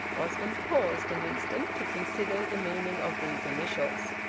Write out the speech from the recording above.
osmond paused an instant to consider the meaning of these initials.